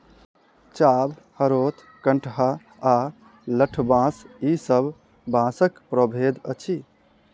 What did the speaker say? चाभ, हरोथ, कंटहा आ लठबाँस ई सब बाँसक प्रभेद अछि